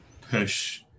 push